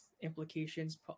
implications